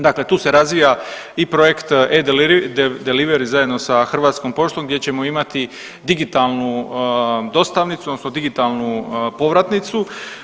Dakle, tu se razvija i projekt e-delivery zajedno sa Hrvatskom poštom gdje ćemo imati digitalnu dostavnicu odnosno digitalnu povratnicu.